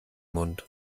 mund